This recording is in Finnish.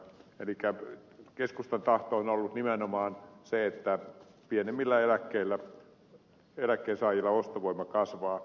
elikkä keskustan tahto on ollut nimenomaan se että pienimpien eläkkeiden saajilla ostovoima kasvaa